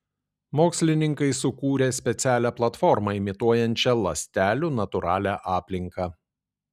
mokslininkai sukūrė specialią platformą imituojančią ląstelių natūralią aplinką